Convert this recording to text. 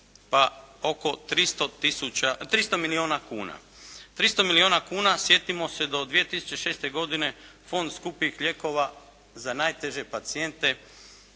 pa oko 300 milijuna kuna. 300 milijuna kuna sjetimo se do 2006. godine fond skupih lijekova za najteže pacijente,